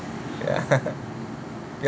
ya